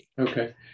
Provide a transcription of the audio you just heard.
Okay